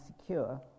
secure